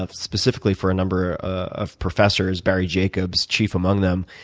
ah specifically for a number of professors, barry jacobs chief among them.